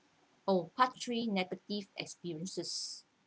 oh part three negative experiences